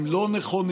הם לא נכונים.